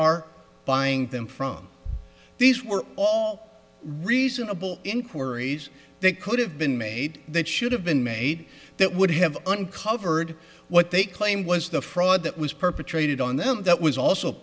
are buying them from these were all reasonable inquiries that could have been made that should have been made that would have uncovered what they claimed was the fraud that was perpetrated on them that was also